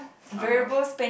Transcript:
ah !huh!